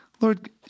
Lord